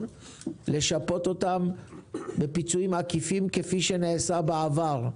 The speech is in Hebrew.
לשפות אותם בפיצויים עקיפים כפי שנעשה בעבר,